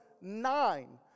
nine